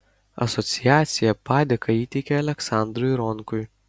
asociacija padėką įteikė aleksandrui ronkui